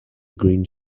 green